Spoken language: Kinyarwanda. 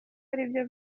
aribyo